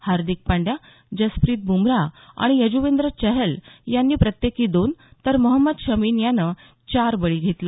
हार्दिक पंड्या जसप्रीत ब्मराह आणि यज्वेंद्र चहल यांनी प्रत्येकी दोन तर मोहम्मद शमीनं चार बळी घेतले